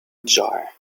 jar